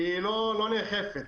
לא נאכפת.